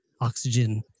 oxygen